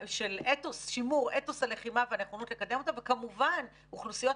של שימור של אתוס הלחימה והנכונות לקדם אותה וכמובן אוכלוסיות